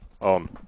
on